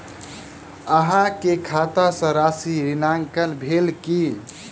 अहाँ के खाता सॅ राशि ऋणांकन भेल की?